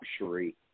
luxury